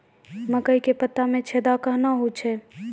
मकई के पत्ता मे छेदा कहना हु छ?